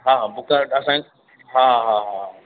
हा बुका वटि असां हा हा हा